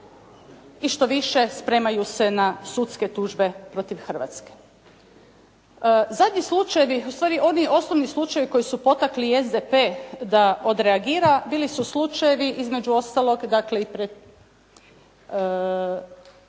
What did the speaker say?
i štoviše spremaju se na sudske tužbe protiv Hrvatske. Zadnji slučajevi, u stvari oni osnovni slučajevi koji su potakli i SDP da odreagira bili su slučajevi između ostalog, dakle kad